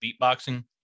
beatboxing